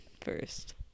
first